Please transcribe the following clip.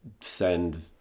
send